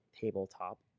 Tabletop